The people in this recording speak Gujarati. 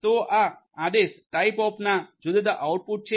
તો આ આદેશ ટાઈપઓફના જુદા જુદા આઉટપુટ છે